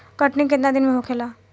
कटनी केतना दिन में होखेला?